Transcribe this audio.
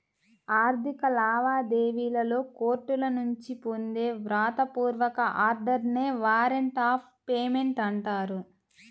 ఆర్థిక లావాదేవీలలో కోర్టుల నుంచి పొందే వ్రాత పూర్వక ఆర్డర్ నే వారెంట్ ఆఫ్ పేమెంట్ అంటారు